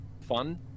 fun